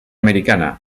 americana